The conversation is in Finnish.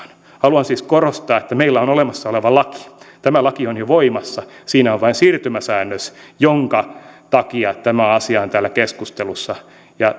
haluan siis korostaa että meillä on olemassa oleva laki tämä laki on jo voimassa siinä on vain siirtymäsäännös jonka takia tämä asia on täällä keskustelussa